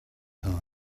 time